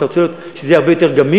אתה רוצה לראות שזה יהיה הרבה יותר גמיש,